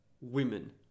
women